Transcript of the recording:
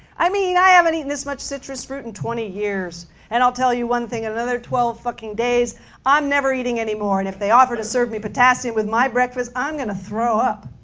i mean, i haven't eatten this much citrus fruit in twenty years and i'll tell you one thing, in another twelve fucking days i'm never eating anymore and if they offer to serve me potassium with my breakfast, i'm gonna throw up.